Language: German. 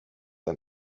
ein